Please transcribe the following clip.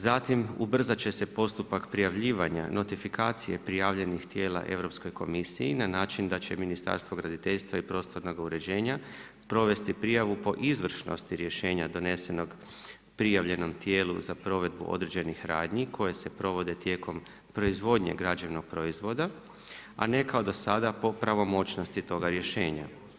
Zatim ubrzati će se postupak prijavljivanja notifikacije prijavljenih tijela Europskoj komisiji na način da će Ministarstvo graditeljstva i prostornog uređenja provesti prijavu po izvršnosti rješenja donesenog prijavljenom tijelu za provedbu određenih radnji koje se provode tijekom proizvodnje građevnog proizvoda a ne kao do sada po pravomoćnosti toga rješenja.